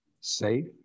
safe